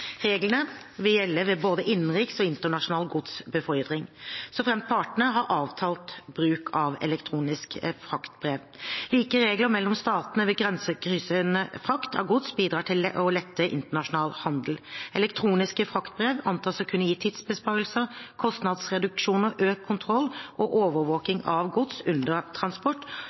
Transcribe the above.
Reglene vil gjelde ved både innenriks og internasjonal godsbefordring såfremt partene har avtalt bruk av elektroniske fraktbrev. Like regler mellom statene ved grensekryssende frakt av gods bidrar til å lette internasjonal handel. Elektroniske fraktbrev antas å kunne gi tidsbesparelser, kostnadsreduksjon, økt kontroll og overvåking av gods under transport,